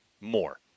more